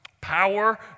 power